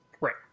right